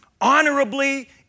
honorably